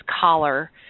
collar